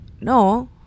no